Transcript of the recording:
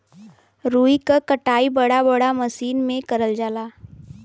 रुई क कटाई बड़ा बड़ा मसीन में करल जाला